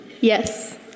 Yes